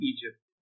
Egypt